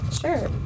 Sure